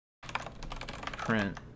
print